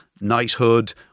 knighthood